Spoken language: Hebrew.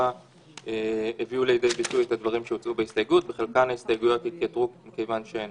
מכשירי רדיו טלפון נייד ולרבות תוכנה לאיתור מגעים שהיא